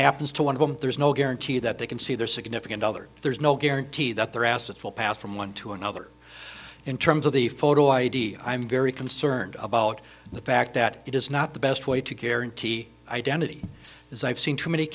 happens to one of them there's no guarantee that they can see their significant other there's no guarantee that their assets will pass from one to another in terms of the photo id i'm very concerned about the fact that it is not the best way to guarantee identity as i've seen too many